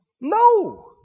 No